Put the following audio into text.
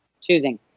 choosing